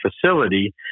facility